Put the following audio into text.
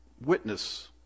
witness